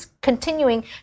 continuing